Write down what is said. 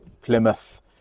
Plymouth